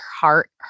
heart